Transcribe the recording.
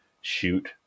shoot